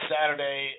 Saturday